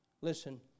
Listen